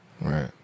Right